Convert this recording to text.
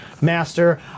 master